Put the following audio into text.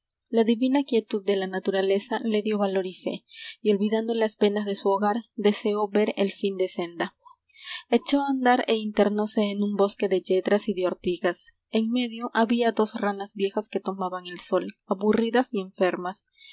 la divina quietud de la naturaleza le dió valor y fe y olvidando las penas t'lí e n vtnrrar h p g p a en un bosque de yedras y de ortigas en medio había dos ranas viejas oue tomaban el sol aburridas y enfermas